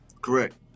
Correct